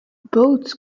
boats